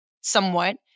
somewhat